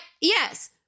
yes